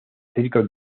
circo